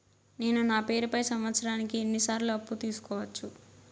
నేను నా పేరుపై సంవత్సరానికి ఎన్ని సార్లు అప్పు తీసుకోవచ్చు?